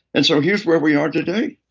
and so here's where we are today.